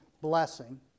blessing